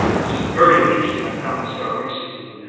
this is very interesting. i found this out recently.